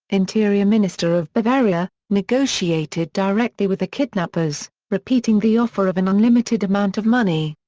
interior minister of bavaria, negotiated directly with the kidnappers, repeating the offer of an unlimited amount of money.